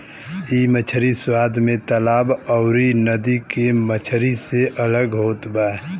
इ मछरी स्वाद में तालाब अउरी नदी के मछरी से अलग होत बा